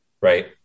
right